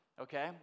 okay